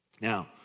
Now